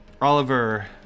Oliver